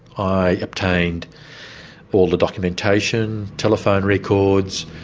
i obtained all the documentation, telephone records,